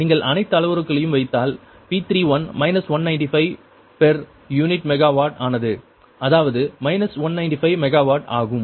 நீங்கள் அனைத்து அளவுருக்களையும் வைத்தால் P31 195 பெர் யூனிட் மெகாவாட் ஆனது அதாவது 195 மெகாவாட் ஆகும்